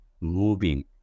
moving